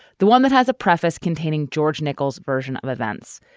the one that has a preface containing george nicoles version of events.